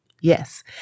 Yes